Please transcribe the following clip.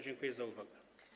Dziękuję za uwagę.